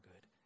good